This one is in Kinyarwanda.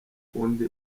kundi